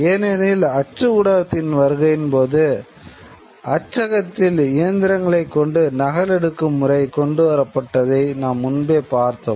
ஏனெனில் அச்சு ஊடகத்தின் வருகையின் போது அச்சகத்தில் இயந்திரங்களைக் கொண்டு நகல் எடுக்கும் முறை கொண்டுவரப்பட்டதை நாம் முன்பே பார்த்தோம்